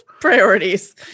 Priorities